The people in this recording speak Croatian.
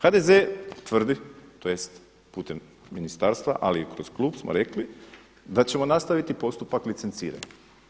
HDZ tvrdi, tj. putem ministarstva ali i kroz klub smo rekli da ćemo nastaviti postupak licenciranja.